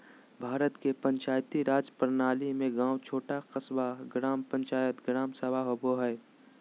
भारत के पंचायती राज प्रणाली में गाँव छोटा क़स्बा, ग्राम पंचायत, ग्राम सभा होवो हइ